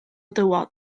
dywod